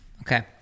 okay